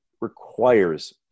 requires